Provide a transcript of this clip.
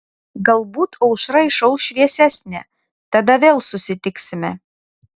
galbūt aušra išauš šviesesnė tada vėl susitiksime